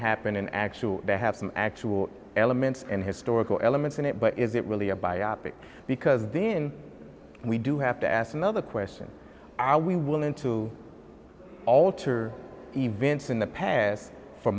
happened in actual they have some actual elements and historical elements in it but is it really a biopic because then we do have to ask another question our we will into alter events in the past for